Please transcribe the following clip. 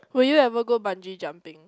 will you ever go bungee jumping